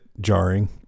jarring